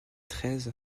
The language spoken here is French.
treize